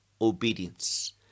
obedience